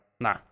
Nah